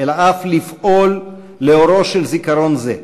אלא אף לפעול לאורו של זיכרון זה,